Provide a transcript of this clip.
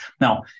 Now